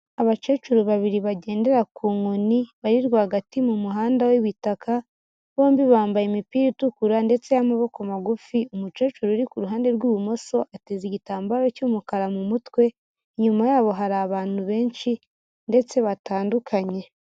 Abakecuru babiri bagendera ku nkoni, bari rwagati mu muhanda w'ibitaka, bombi bambaye imipira itukura ndetse y'amaboko magufi, umukecuru uri ku ruhande rw'ibumoso ateze igitambaro cy'umukara mu mutwe, inyuma yabo hari abantu benshi ndetse batandukanye.